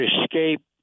escape